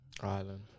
Ireland